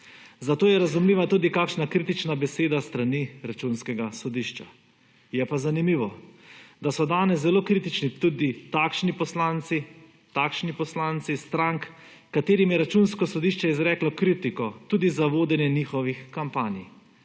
Zato je razumljiva tudi kakšna kritična beseda s strani Računskega sodišča. Je pa zanimivo, da so danes zelo kritični tudi takšni poslanci, takšni poslanci strank, katerim je Računsko sodišče izreklo kritiko tudi za vodenje njihovih kampanj.